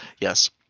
Yes